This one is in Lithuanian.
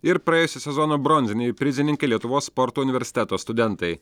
ir praėjusio sezono bronziniai prizininkai lietuvos sporto universiteto studentai